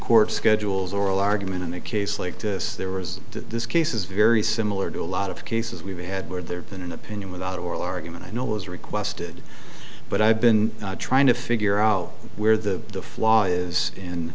court schedules oral argument in a case like this there was this case is very similar to a lot of cases we've had where there than an opinion without oral argument i know was requested but i've been trying to figure out where the flaw is in